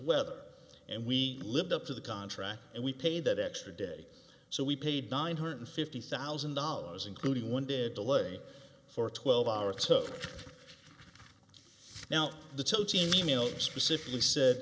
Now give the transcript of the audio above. weather and we lived up to the contract and we pay that extra day so we paid nine hundred fifty thousand dollars including one day a delay for twelve hours or so now the e mail specifically said